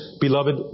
beloved